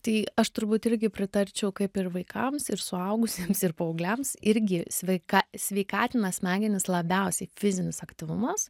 tai aš turbūt irgi pritarčiau kaip ir vaikams ir suaugusiems ir paaugliams irgi sveika sveikatina smegenis labiausiai fizinis aktyvumas